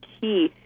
key